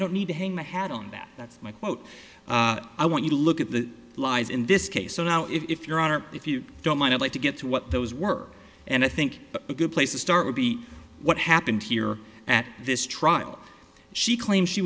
don't need to hang my hat on that that's my quote i want you to look at the lies in this case so now if your honor if you don't mind i'd like to get to what those were and i think a good place to start would be what happened here at this trial she claims she